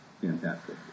fantastic